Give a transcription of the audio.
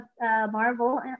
marvel